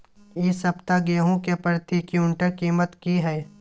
इ सप्ताह गेहूं के प्रति क्विंटल कीमत की हय?